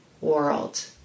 world